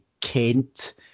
Kent